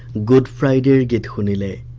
good friday to twenty like